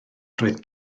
roedd